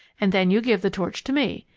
and then you give the torch to me.